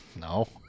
No